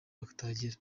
batagera